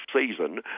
season